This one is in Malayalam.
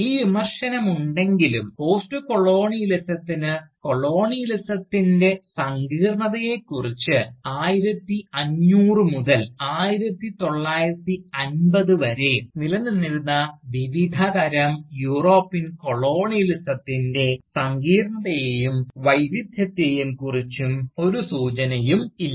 ഈ വിമർശനം ഉണ്ടെങ്കിലും പോസ്റ്റ്കൊളോണിയലിസത്തിന് കൊളോണിയലിസത്തിൻറെ സങ്കീർണ്ണതയെക്കുറിച്ച് 1500 മുതൽ 1950 വരെ നിലനിന്നിരുന്ന വിവിധതരം യൂറോപ്യൻ കൊളോണിയലിസത്തിൻറെ സങ്കീർണ്ണതയെയും വൈവിധ്യത്തെയും കുറിച്ച് ഒരു സൂചനയും ഇല്ല